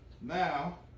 Now